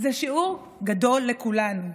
זה שיעור גדול לכולנו,